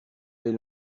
est